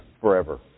forever